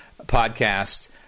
podcast